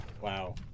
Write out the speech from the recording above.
Wow